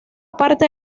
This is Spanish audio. parte